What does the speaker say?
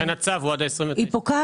עם כל הכבוד,